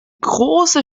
große